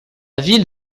ville